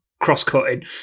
cross-cutting